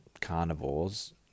carnivores